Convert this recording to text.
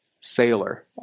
sailor